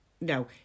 No